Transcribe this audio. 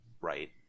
right